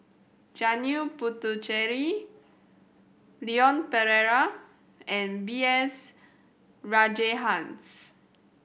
Janil Puthucheary Leon Perera and B S Rajhans